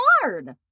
hard